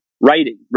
writing